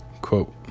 Quote